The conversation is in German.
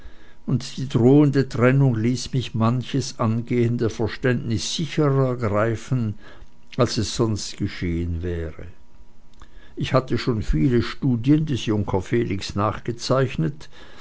und die drohende trennung ließ mich manches angehende verständnis sicherer ergreifen als es sonst geschehen wäre ich hatte schon viele studien des junker felix nachgezeichnet